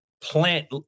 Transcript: plant